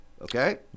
Okay